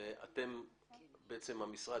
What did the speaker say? והמשרד